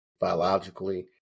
biologically